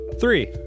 Three